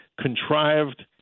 contrived